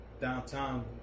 downtown